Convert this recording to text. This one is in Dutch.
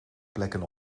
plekken